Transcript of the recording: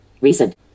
recent